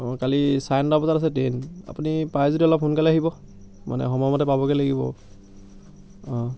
অঁ কালি চাৰে নটা বজাত আছে ট্ৰেইন আপুনি পাৰে যদি অলপ সোনকালে আহিব মানে সময়মতে পাবগৈ লাগিব অঁ